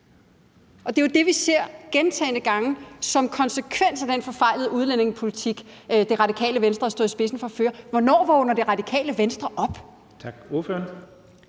og det er jo det, vi ser gentagne gange som konsekvens af den forfejlede udlændingepolitik, Radikale Venstre stod i spidsen for at føre. Hvornår vågner Radikale Venstre op?